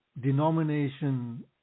denomination